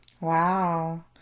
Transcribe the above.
Wow